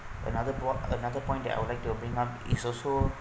another point another point that I would like to bring up is also